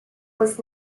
was